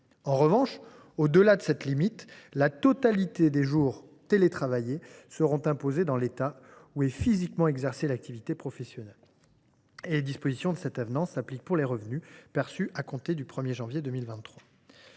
En revanche, au delà de cette limite, la totalité des jours télétravaillés sera imposée dans l’État où est physiquement exercée l’activité professionnelle. Les dispositions de cet avenant s’appliquent pour les revenus perçus à compter du 1 janvier 2023.